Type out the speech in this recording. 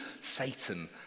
Satan